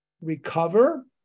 Recover